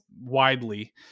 widely